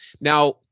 Now